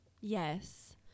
Yes